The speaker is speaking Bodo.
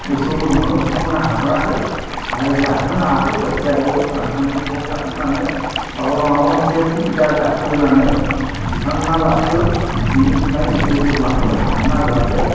मोसौ बोरमाखो बिथांमोना हगाराखै आरो जाहोनो नाहादो बेस्रायाबो रांखान्थि खरसा खालामनानै माबा माबा मोनसे सुबिदा जाथो होननानै दिखांना लाथो बिनि थाखाय मोसौ बोरमाखो हागारना होआखै